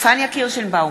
פניה קירשנבאום,